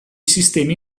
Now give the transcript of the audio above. sistemi